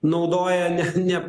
naudoja ne ne